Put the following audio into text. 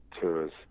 tours